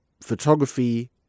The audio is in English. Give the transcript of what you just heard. photography